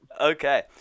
Okay